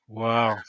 wow